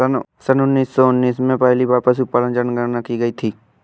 सन उन्नीस सौ उन्नीस में पहली बार पशुधन जनगणना की गई थी